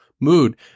mood